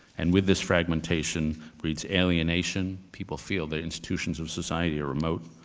and with this fragmentation breeds alienation. people feel the institutions of society are remote,